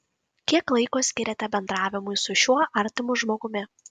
kiek laiko skiriate bendravimui su šiuo artimu žmogumi